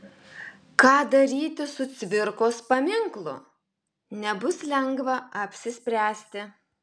ką daryti su cvirkos paminklu nebus lengva apsispręsti